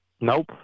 Nope